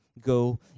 Go